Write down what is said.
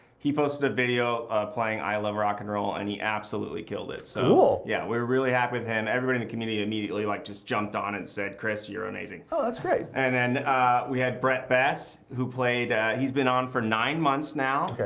he posted a video playing, i love rock and roll, and he absolutely killed it. so cool. yeah. we're happy with him. everyone in the community immediately like just jumped on and said, chris, you're amazing. oh, that's great. and then we had bret bess, who played he's been on for nine months now. ok.